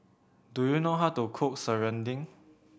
do you know how to cook serunding